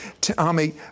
Tommy